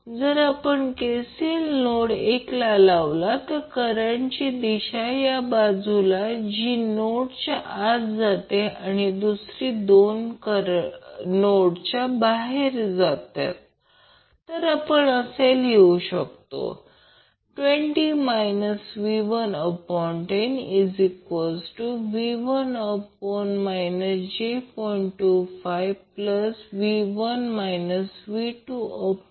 जर आपण KCL node 1 ला लावला तर करंटची दिशा या बाजूला जी नोडच्या आत जाते आणि दुसरे 2 करंट नोडच्या बाहेरून जातात तर आपण असे लिहूया 20 V110V1 j2